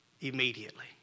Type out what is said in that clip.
immediately